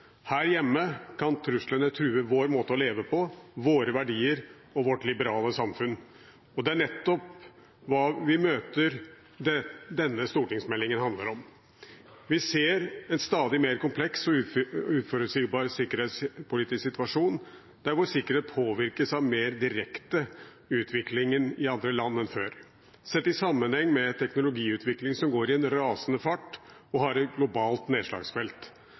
Her hjemme kan truslene true vår måte å leve på, våre verdier og vårt liberale samfunn. Det er nettopp hvordan vi møter dette, denne stortingsmeldingen handler om. Vi ser en stadig mer kompleks og uforutsigbar sikkerhetspolitisk situasjon, der vår sikkerhet påvirkes mer direkte av utviklingen i andre land enn før. Sett i sammenheng med en teknologiutvikling som går i rasende fart og har et globalt nedslagsfelt,